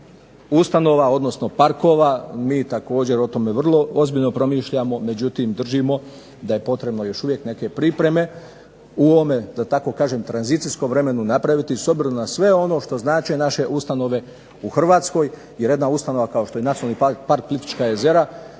ustanova, odnosno parkova, mi također o tome vrlo ozbiljno promišljamo, međutim držimo da je potrebno još uvijek neke pripreme u ovome da tako kažem tranzicijskom vremenu napraviti s obzirom na sve ono što znače naše ustanove u Hrvatskoj jer jedna ustanova kao što je Nacionalni park Plitvička jezera